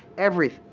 every,